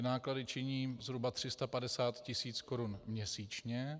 Náklady činí zhruba 350 tisíc korun měsíčně.